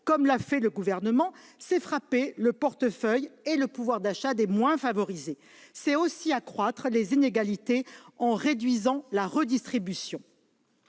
comme l'a fait le Gouvernement, c'est frapper le portefeuille et le pouvoir d'achat des moins favorisés. C'est aussi accroître les inégalités en réduisant la redistribution.